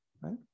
right